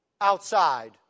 outside